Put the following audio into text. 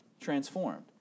transformed